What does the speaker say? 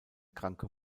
kranke